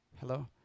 Hello